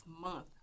month